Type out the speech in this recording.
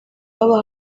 haba